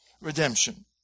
redemption